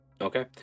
okay